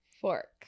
Fork